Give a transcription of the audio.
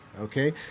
Okay